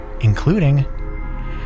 including